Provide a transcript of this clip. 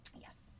Yes